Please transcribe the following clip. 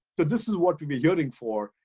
but this is what we've been getting for,